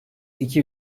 iki